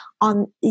on